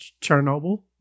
Chernobyl